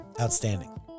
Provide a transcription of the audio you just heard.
Outstanding